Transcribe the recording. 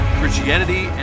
Christianity